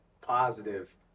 positive